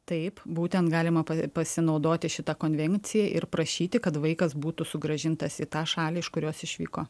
taip būtent galima pasinaudoti šita konvencija ir prašyti kad vaikas būtų sugrąžintas į tą šalį iš kurios išvyko